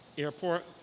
airport